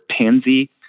pansy